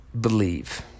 Believe